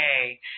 Okay